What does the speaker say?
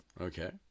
Okay